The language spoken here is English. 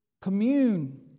commune